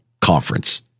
conference